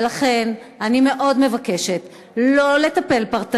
ולכן אני מאוד מבקשת לא לטפל באופן פרטני,